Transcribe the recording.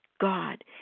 God